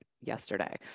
yesterday